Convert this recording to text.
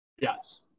Yes